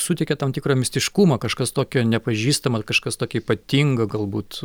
suteikia tam tikrą mistiškumą kažkas tokio nepažįstamo kažkas tokio ypatingo galbūt